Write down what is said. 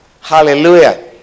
Hallelujah